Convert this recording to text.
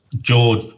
George